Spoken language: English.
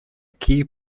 key